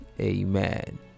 amen